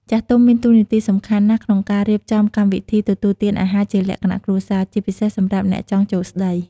ចាស់ទុំមានតួនាទីសំខាន់ណាស់ក្នុងការរៀបចំកម្មវិធីទទួលទានអាហារជាលក្ខណៈគ្រួសារ ជាពិសេសសម្រាប់អ្នកចង់ចូលស្តី។